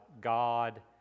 God